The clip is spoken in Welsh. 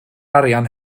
arian